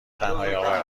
تنهاییآور